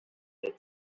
the